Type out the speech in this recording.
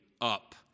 up